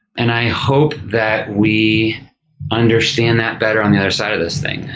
and i hope that we understand that better on the other side of this thing.